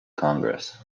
congress